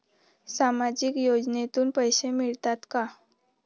सामाजिक योजनेतून पैसे मिळतात का?